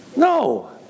No